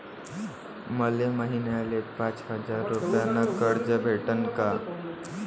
मले महिन्याले पाच हजार रुपयानं कर्ज भेटन का?